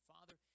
Father